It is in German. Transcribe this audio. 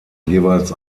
jeweils